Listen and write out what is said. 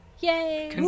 Yay